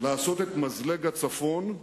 לעשות את מזלג הצפון,